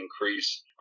increase